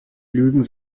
lügen